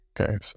okay